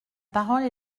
parole